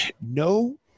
No